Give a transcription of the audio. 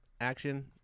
action